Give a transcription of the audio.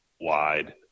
wide